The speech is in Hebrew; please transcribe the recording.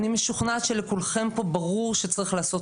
אני משוכנעת שלכולכם ברור שצריך לעשות